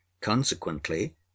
Consequently